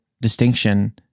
distinction